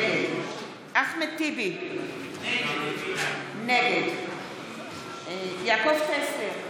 נגד אחמד טיבי, נגד יעקב טסלר,